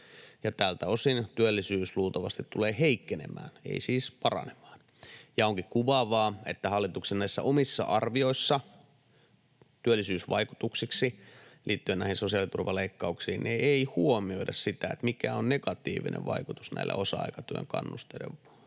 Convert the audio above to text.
tältä osin työllisyys luultavasti tulee heikkenemään, ei siis paranemaan. Onkin kuvaavaa, että hallituksen näissä omissa arvioissa työllisyysvaikutuksiksi, liittyen näihin sosiaaliturvaleikkauksiin, ei huomioida sitä, mikä on negatiivinen vaikutus näillä osa-aikatyön kannusteiden romuttamisilla.